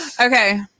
okay